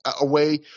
away